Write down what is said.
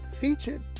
featured